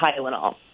Tylenol